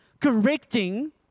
correcting